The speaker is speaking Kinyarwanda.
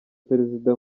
perezida